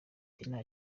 nge